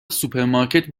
سوپرمارکت